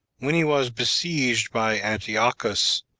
when he was besieged by antiochus,